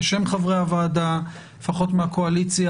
בשם חברי הוועדה לפחות מהקואליציה,